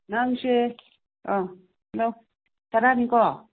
ꯅꯪꯁꯦ ꯑꯥ ꯍꯜꯂꯣ ꯁꯔꯥꯅꯤꯀꯣ